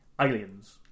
aliens